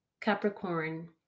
Capricorn